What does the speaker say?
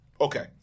Okay